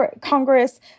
Congress